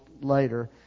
later